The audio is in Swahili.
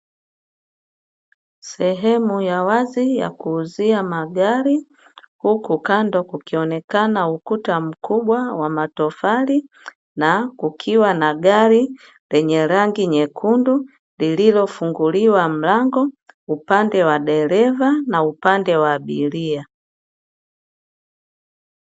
Sehemu ya wazi ya kuuzia magari huku kando kukionekana ukuta mkubwa wa matofali na kukiwa na gari zenye rangi nyekundu lililofunguliwa mlango upande wa dereva na upande wa abiria.